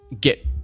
get